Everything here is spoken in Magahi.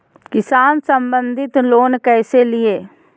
किसान संबंधित लोन कैसै लिये?